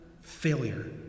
failure